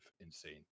insane